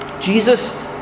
Jesus